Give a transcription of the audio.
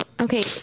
Okay